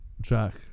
Jack